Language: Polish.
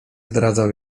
zdradzał